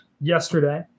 yesterday